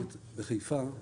בחיפה.